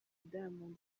diamond